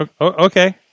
Okay